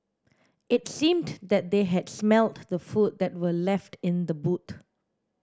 it seemed that they had smelt the food that were left in the boot